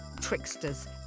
tricksters